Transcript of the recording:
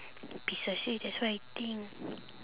precisely that's why I think